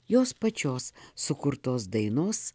jos pačios sukurtos dainos